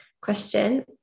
question